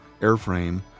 airframe